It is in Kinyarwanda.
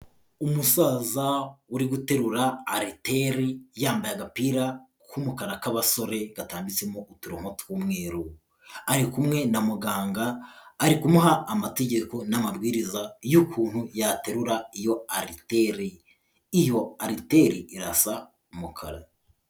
Umusaza uri guterura ariteri yambaye agapira k'umukara k'abasore gatambitsemo uturongo tw'umweru. Ari kumwe na muganga ari kumuha amategeko n'amabwiriza y'ukuntu yaterura iyo ariteri. Iyo ariteri irasa umukara.